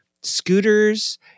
scooters